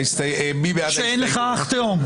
שאין לך אח תאום?